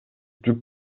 жүк